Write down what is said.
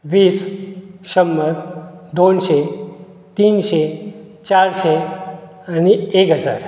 वीस शंबर दोनशें तिनशें चारशें आनी एक हजार